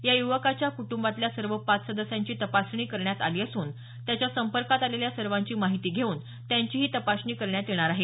या युवकाच्या कुटुंबातल्या सर्व पाच सदस्यांची तपासणी करण्यात आली असून त्याच्या संपर्कात आलेल्या सर्वांची माहिती घेऊन त्यांचीही तपासणी करण्यात येणार आहे